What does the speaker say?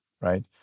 right